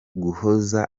guhuza